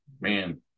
man